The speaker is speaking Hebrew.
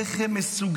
איך הם מסוגלים